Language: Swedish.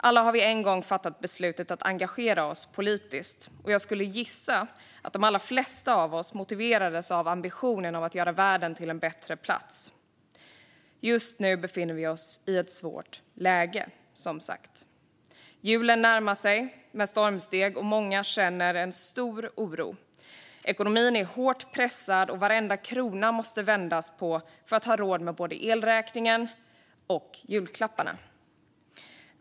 Alla vi har en gång fattat beslutet att engagera oss politiskt, och jag skulle gissa att de allra flesta av oss motiverades av ambitionen att göra världen till en bättre plats. Just nu befinner vi oss som sagt i ett svårt läge. Julen närmar sig med stormsteg, och många känner en stor oro. Ekonomin är hårt pressad, och varenda krona måste vändas på för att man ska ha råd med både elräkning och julklappar.